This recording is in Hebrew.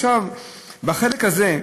החלק הזה,